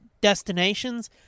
destinations